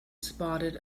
spotted